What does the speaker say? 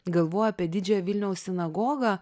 galvoji apie didžiąją vilniaus sinagogą